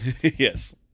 Yes